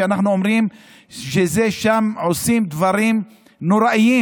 שאנחנו אומרים ששם עושים דברים נוראיים,